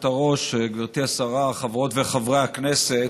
גברתי היושבת-ראש, גברתי השרה, חברות וחברי הכנסת,